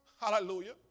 Hallelujah